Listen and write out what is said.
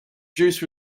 juice